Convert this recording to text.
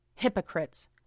hypocrites